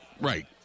Right